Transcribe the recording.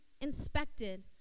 inspected